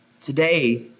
Today